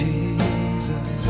Jesus